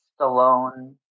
Stallone